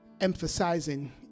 emphasizing